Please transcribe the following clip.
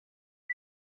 翅膀